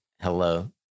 hello